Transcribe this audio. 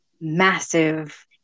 massive